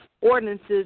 ordinances